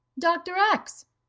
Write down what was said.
dr. x!